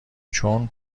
چون